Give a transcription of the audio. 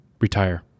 retire